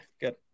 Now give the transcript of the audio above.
good